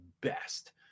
best